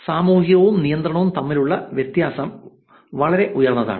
സാമൂഹികവും നിയന്ത്രണങ്ങളും തമ്മിലുള്ള വ്യത്യാസം വളരെ ഉയർന്നതാണ്